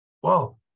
whoa